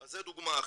זו דוגמה אחת.